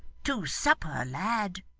to supper, lad